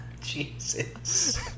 Jesus